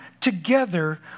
together